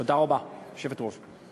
תודה רבה, היושבת-ראש.